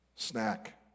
snack